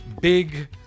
big